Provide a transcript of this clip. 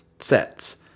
sets